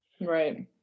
right